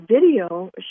video